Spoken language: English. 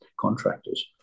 contractors